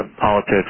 politics